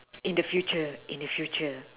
in the future in the future